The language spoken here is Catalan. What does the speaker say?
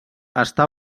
està